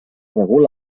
regula